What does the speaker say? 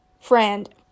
friend